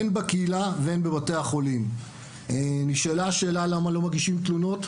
הן בקהילה והן בבתי החולים נשאלה השאלה למה לא מגישים תלונות.